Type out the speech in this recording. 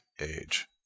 age